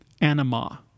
Anima